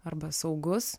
arba saugus